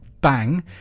Bang